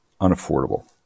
unaffordable